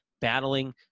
battling